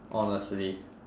honestly